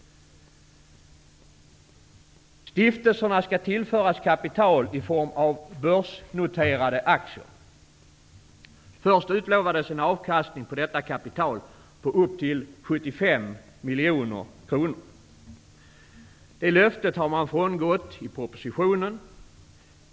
Stiftelserna skall tillföras kapital i form av börsnoterade aktier. Först utlovades en avkastning på detta kapital på upp till 75 miljoner kronor. Det löftet har frångåtts i propositionen.